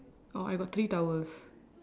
oh I got three towels